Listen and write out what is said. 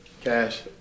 Cash